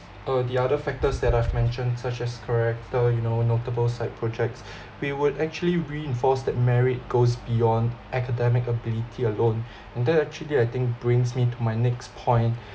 uh the other factors that I've mentioned such as character you know notable side projects we would actually reinforce that merit goes beyond academic ability alone and that actually I think brings me to my next point